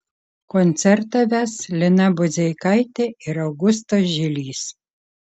koncertą ves lina budzeikaitė ir augustas žilys